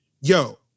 yo